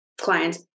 clients